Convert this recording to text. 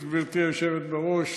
ברשות גברתי היושבת בראש,